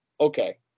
okay